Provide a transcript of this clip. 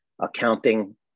accounting